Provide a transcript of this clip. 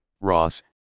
Ross